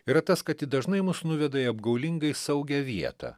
yra tas kad ji dažnai mus nuveda į apgaulingai saugią vietą